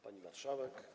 Pani Marszałek!